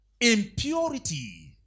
impurity